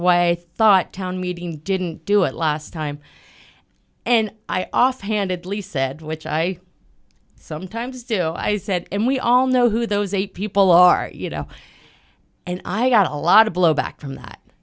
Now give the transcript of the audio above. why i thought town meeting didn't do it last time and i also handedly said which i sometimes do i said and we all know who those eight people are you know and i got a lot of blowback from that